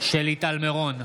שלי טל מירון,